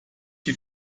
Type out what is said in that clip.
que